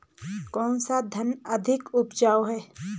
कौन सा धान अधिक उपजाऊ है?